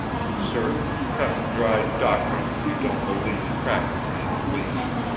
certain cut-and-dried doctrines you don't believe practically in the least.